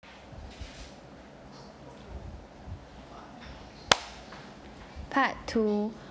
part two